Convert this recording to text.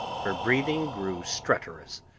her breathing grew stertorous,